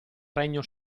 regno